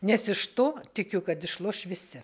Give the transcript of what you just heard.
nes iš to tikiu kad išloš visi